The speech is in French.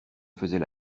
faisait